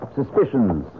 suspicions